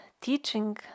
teaching